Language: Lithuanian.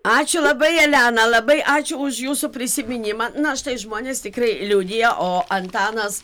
ačiū labai elena labai ačiū už jūsų prisiminimą na štai žmonės tikrai liudija o antanas